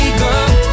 girl